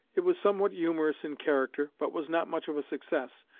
it was somewhat humorous in character, but was not much of a success,